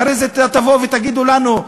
אחרי זה תבואו ותגידו לנו,